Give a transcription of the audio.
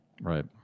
Right